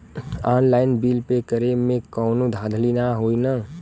Online bill pay करे में कौनो धांधली ना होई ना?